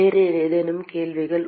வேறு ஏதேனும் கேள்விகள்